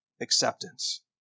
acceptance